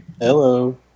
Hello